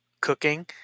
cooking